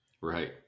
Right